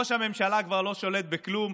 ראש הממשלה כבר לא שולט בכלום,